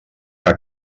que